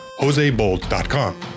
josebold.com